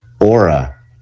Aura